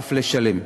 ואף מצווה לשלם.